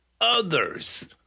others